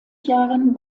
jahren